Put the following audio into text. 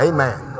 Amen